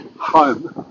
home